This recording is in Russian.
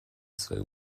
свою